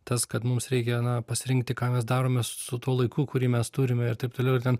tas kad mums reikia na pasirinkti ką mes darome su tuo laiku kurį mes turime ir taip toliau ir ten